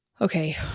okay